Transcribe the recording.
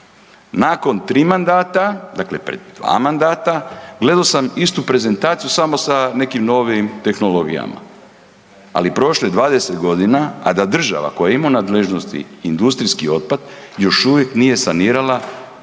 Nakon 3 mandata, dakle pred 2 mandata, gledao sam istu prezentaciju samo sa nekim novim tehnologija. Ali prošlo je 20.g., a da država koja ima u nadležnosti industrijski otpad još uvijek nije sanirala